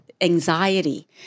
anxiety